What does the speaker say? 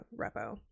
repo